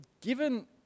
given